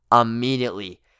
immediately